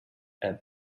and